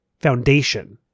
foundation